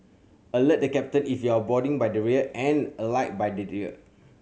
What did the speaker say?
alert the captain if you're boarding by the rear and alight by the rear